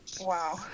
Wow